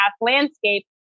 landscape